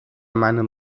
meinen